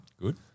Good